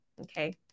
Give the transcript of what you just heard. okay